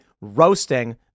roasting